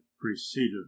preceded